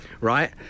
right